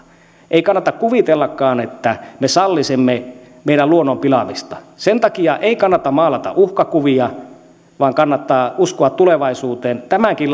ei kannata kuvitellakaan että me sallisimme meidän luonnon pilaamista sen takia ei kannata maalata uhkakuvia vaan kannattaa uskoa tulevaisuuteen tämänkin